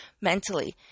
mentally